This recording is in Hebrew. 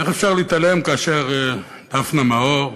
איך אפשר להתעלם כאשר דפנה מאור,